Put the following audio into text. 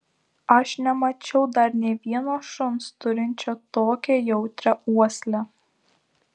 aš nemačiau dar nė vieno šuns turinčio tokią jautrią uoslę